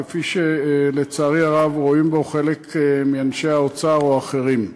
כפי שלצערי הרב רואים אותו חלק מאנשי האוצר או אחרים.